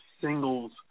singles